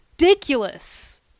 ridiculous